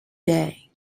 day